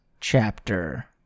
chapter